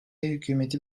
hükümeti